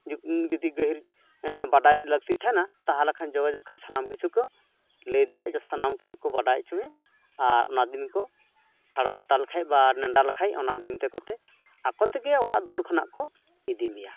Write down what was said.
ᱡᱩᱫᱤ ᱜᱟᱹᱦᱤᱨ ᱵᱟᱰᱟᱭ ᱞᱟᱹᱠᱛᱤ ᱛᱮᱦᱮᱱᱟ ᱛᱟᱦᱚᱞᱮ ᱠᱷᱟᱱ ᱡᱳᱜᱟᱡᱳᱜᱽ ᱠᱷᱟᱡ ᱥᱟᱱᱟᱢ ᱠᱤᱪᱷᱩᱠᱚ ᱞᱟᱹᱭ ᱫᱟᱲᱮ ᱡᱮ ᱥᱟᱱᱟᱢ ᱠᱤᱪᱷᱩᱠᱚ ᱵᱟᱰᱟᱭ ᱚᱪᱚ ᱢᱮᱭᱟ ᱟᱨ ᱚᱱᱟ ᱫᱤᱱᱠᱚ ᱴᱷᱟᱲᱚ ᱜᱚᱴᱟ ᱞᱮᱠᱷᱟᱡ ᱵᱟ ᱱᱮᱰᱟ ᱞᱮᱠᱷᱟᱡ ᱚᱱᱟ ᱫᱤᱱ ᱠᱚᱛᱮ ᱟᱠᱚᱛᱮᱜᱮ ᱚᱲᱟᱜ ᱫᱩᱣᱟᱹᱨ ᱠᱷᱚᱱᱟᱜ ᱠᱚ ᱤᱫᱤᱢᱮᱭᱟ